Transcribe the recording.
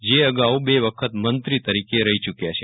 જે અગાઉ બે વખત મંત્રી તરીકે રહી ચૂક્યા છે